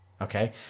okay